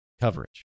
coverage